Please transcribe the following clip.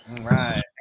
right